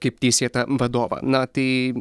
kaip teisėtą vadovą na tai